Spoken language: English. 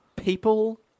People